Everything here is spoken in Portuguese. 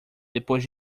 depois